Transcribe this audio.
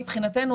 מבחינתנו,